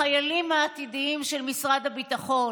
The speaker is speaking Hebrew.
החיילים העתידיים של משרד הביטחון.